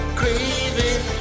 craving